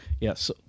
Yes